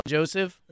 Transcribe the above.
Joseph